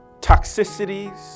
toxicities